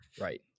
right